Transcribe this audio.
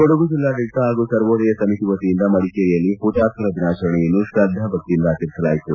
ಕೊಡಗು ಜಿಲ್ಲಾಡಳಿತ ಹಾಗೂ ಸರ್ವೋದಯ ಸಮಿತಿ ವತಿಯಿಂದ ಮಡಿಕೇರಿಯಲ್ಲಿ ಹುತಾತ್ಕರ ದಿನಾಚರಣೆಯನ್ನು ಶ್ರದ್ಧಾಭಕ್ತಿಯಿಂದ ಆಚರಿಸಲಾಯಿತು